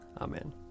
Amen